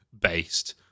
based